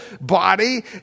body